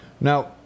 Now